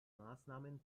maßnahmen